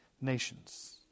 nations